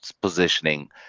positioning